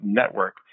network